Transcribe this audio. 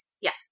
Yes